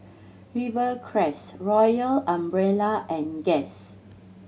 Rivercrest Royal Umbrella and Guess